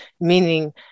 meaning